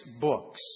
books